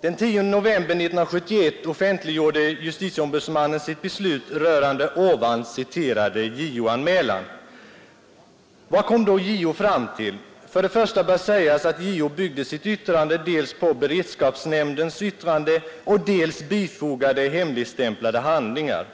Den 10 november 1971 offentliggjorde justitieombudsmannen sitt beslut rörande nyss citerade JO-anmälan. Vad kom då JO fram till? Det bör först sägas, att JO byggde sitt yttrande dels på beredskapsnämndens yttrande, dels på bifogade hemligstämplade handlingar.